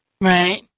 Right